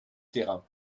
terrain